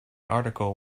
article